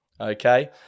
okay